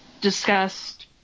discussed